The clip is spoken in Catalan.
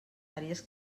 àrees